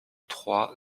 trois